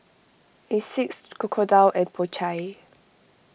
Asics Crocodile and Po Chai